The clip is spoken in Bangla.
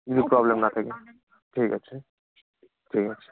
নো প্রবলেম নাথিং ঠিক আছে ঠিক আছে ঠিক আছে